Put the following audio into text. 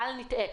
בל נטעה,